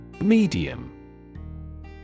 Medium